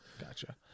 Gotcha